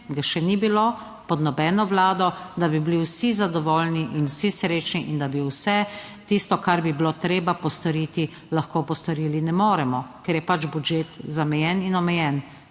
ga še ni bilo, pod nobeno vlado, da bi bili vsi zadovoljni in vsi srečni in da bi vse tisto, kar bi bilo treba postoriti, lahko postorili, ne moremo, ker je pač budžet zamejen in omejen,